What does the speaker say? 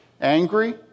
angry